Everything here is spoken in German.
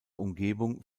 umgebung